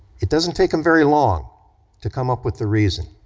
it doesn't take them very long to come up with the reason.